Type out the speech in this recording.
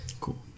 Cool